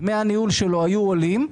דמי הניהול שלו היו עולים,